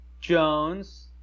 Jones